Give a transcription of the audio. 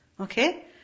Okay